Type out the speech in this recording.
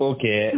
Okay